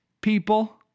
People